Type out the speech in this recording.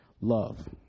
love